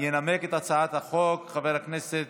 ינמק את הצעת החוק חבר הכנסת